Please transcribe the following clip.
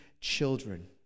children